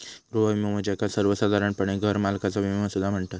गृह विमो, ज्याका सर्वोसाधारणपणे घरमालकाचा विमो सुद्धा म्हणतत